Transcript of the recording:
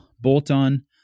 bolt-on